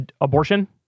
abortion